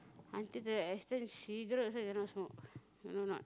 until the Aston cigarette also you cannot smoke you know or not